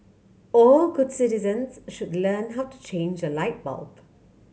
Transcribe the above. all good citizens should learn how to change a light bulb